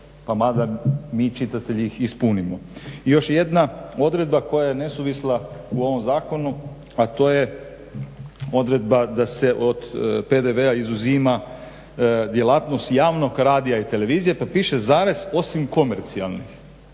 pa … mi čitatelji ih ispunimo. I još je jedna odredba koja je nesuvisla u ovom zakonu, a to je odredba da se od PDV-a izuzima djelatnost javnog radija i televizije pa piše zarez osim komercijalnih.